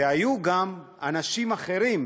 היו גם אנשים אחרים,